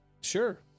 sure